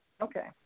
okay